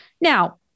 Now